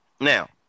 Now